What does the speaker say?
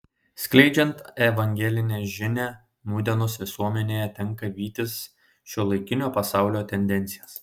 skleidžiant evangelinę žinią nūdienos visuomenėje tenka vytis šiuolaikinio pasaulio tendencijas